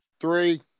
Three